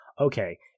Okay